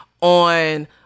on